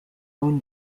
own